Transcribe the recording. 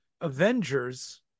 Avengers